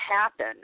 happen